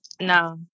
no